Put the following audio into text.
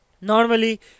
Normally